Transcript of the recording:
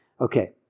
Okay